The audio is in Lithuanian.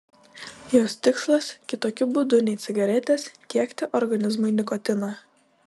jos tikslas kitokiu būdu nei cigaretės tiekti organizmui nikotiną